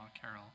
Carol